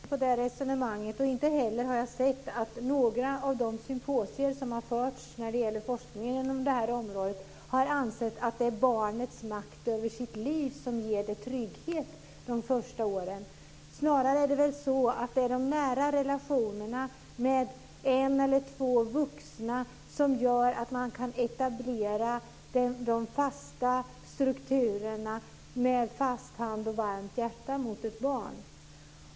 Herr talman! Jag tror inte på det resonemanget. Inte heller har jag sett att man vid några av de symposier som har genomförts när det gäller forskningen på området har ansett att det är barnets makt över sitt liv som ger det trygghet de första åren. Snarare är det de nära relationerna med en eller två vuxna, med en fast hand och ett varmt hjärta, som gör att det går att etablera de fasta strukturerna för ett barn.